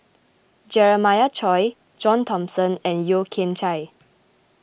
Jeremiah Choy John Thomson and Yeo Kian Chai